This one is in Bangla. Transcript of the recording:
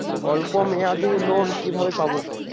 অল্প মেয়াদি লোন কিভাবে পাব?